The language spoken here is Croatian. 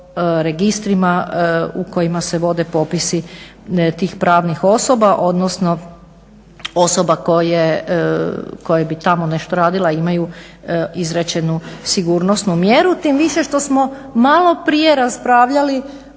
registrima u kojima se vodi popisi tih pravnih osoba odnsono osoba koje bi tamo nešto radile a imaju izrečenu sigurnosnu mjeru, tim više što smo malo prije raspravljali